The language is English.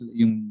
yung